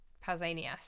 Pausanias